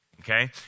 Okay